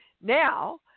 Now